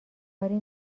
کاری